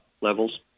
levels